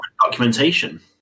documentation